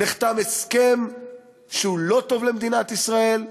נחתם הסכם שהוא לא טוב למדינת ישראל,